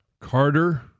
Carter